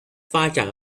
发展